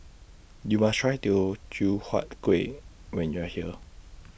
YOU must Try Teochew Huat Kueh when YOU Are here